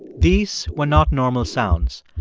these were not normal sounds.